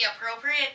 appropriate